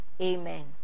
amen